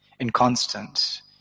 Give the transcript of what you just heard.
inconstant